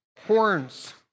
horns